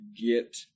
get